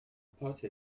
پات